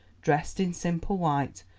dressed in simple white,